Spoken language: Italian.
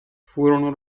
furono